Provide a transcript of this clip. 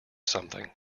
something